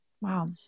Wow